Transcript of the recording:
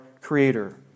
Creator